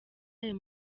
ayo